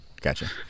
Gotcha